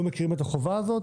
לא מכירים את החובה הזאת,